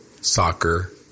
soccer